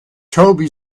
toby